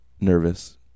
nervous